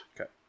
Okay